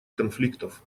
конфликтов